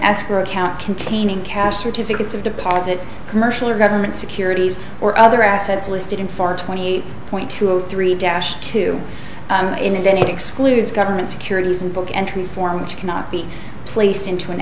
escrow account containing cash certificates of deposit commercial or government securities or other assets listed in far twenty eight point two zero three dash two indented excludes government securities and book entry form which cannot be placed into an